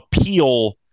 appeal